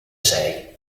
sei